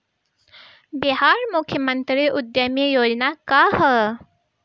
बिहार मुख्यमंत्री उद्यमी योजना का है?